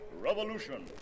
revolution